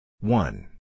One